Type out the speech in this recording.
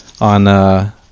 on